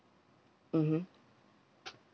mmhmm